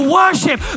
worship